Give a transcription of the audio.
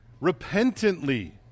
Repentantly